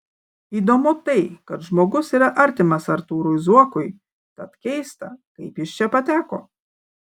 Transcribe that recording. įdomu tai kad žmogus yra artimas artūrui zuokui tad keista kaip jis čia pateko